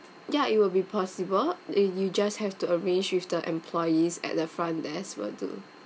ya it will be possible you you just have to arrange with the employees at the front desk will do